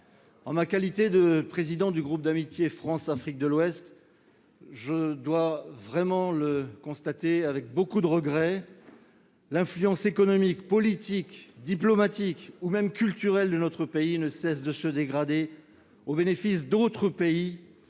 En ma qualité de président du groupe interparlementaire d'amitié France-Afrique de l'Ouest, je le constate avec beaucoup de regret : l'influence économique, politique, diplomatique ou même culturelle de notre pays ne cesse de se dégrader, au bénéfice d'autres pays